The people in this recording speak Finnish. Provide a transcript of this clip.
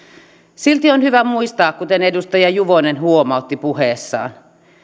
silti on hyvä muistaa kuten edustaja juvonen huomautti puheessaan